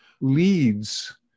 leads